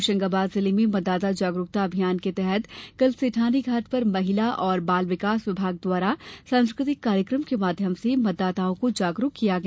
होशंगाबाद जिले में मतदाता जागरूकता अभियान के तहत कल सेठानी घांट पर महिला और बाल विकास विभाग द्वारा सांस्कृतिक कार्यक्रम के माध्यम से मतदाताओं को जागरूक किया गया